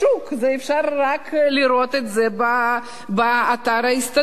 אפשר רק לראות את זה באתר ההסתדרות.